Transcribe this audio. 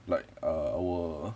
like ah I will